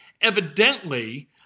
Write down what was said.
evidently